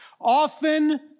Often